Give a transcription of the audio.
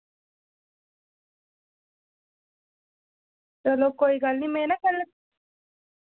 चलो कोई गल्ल नी मैं ना कल